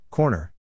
Corner